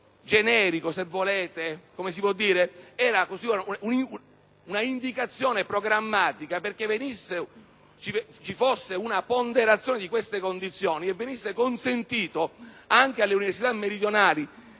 generico, se volete - era un'indicazione programmatica perché ci fosse una ponderazione di queste condizioni e venisse consentito anche alle università meridionali,